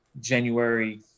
January